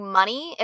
money